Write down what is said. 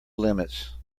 limits